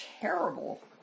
terrible